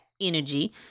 energy